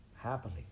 Happily